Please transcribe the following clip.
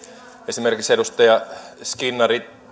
esimerkiksi edustaja skinnari